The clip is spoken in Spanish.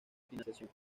financiación